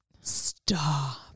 Stop